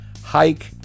hike